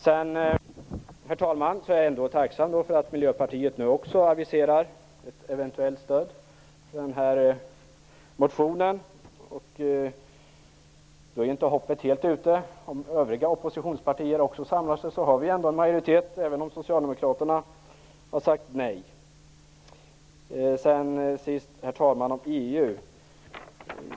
Sedan, herr talman, är ändå jag tacksam för att också Miljöpartiet nu aviserar ett eventuellt stöd för motionen. Då är ju inte hoppet helt ute. Om övriga oppositionspartier också samlar sig, har vi en majoritet även om Socialdemokraterna har sagt nej. Slutligen, herr talman, vill jag säga något om EU.